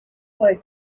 way